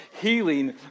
healing